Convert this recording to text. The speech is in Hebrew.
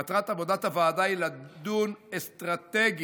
מטרת עבודת הוועדה היא לדון אסטרטגית